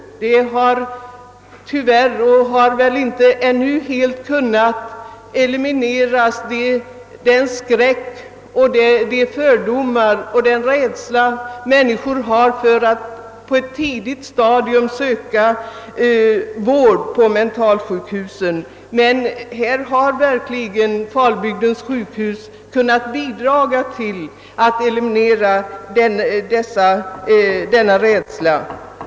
Tyvärr har väl ännu inte människornas fördomar och rädsla för att på ett tidigt stadium söka vård på mentalsjukhus försvunnit, men Falbygdens sjukhus har verkligen kunnat bidra till att minska rädslan.